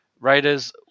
Raiders